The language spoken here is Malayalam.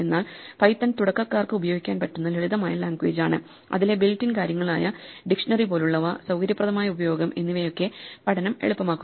എന്നാൽ പൈത്തൺ തുടക്കക്കാർക്ക് ഉപയോഗിക്കാൻ പറ്റുന്ന ലളിതമായ ലാംഗ്വേജ് ആണ് അതിലെ ബിൽറ്റ് ഇൻ കാര്യങ്ങൾ ആയ ഡിക്ഷ്ണറി പോലുള്ളവ സൌകര്യപ്രദമായ പ്രയോഗം എന്നിവയൊക്കെ പഠനം എളുപ്പമാക്കുന്നു